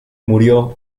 murió